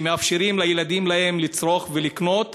שמאפשרים לילדים שלהם לצרוך ולקנות?